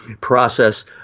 process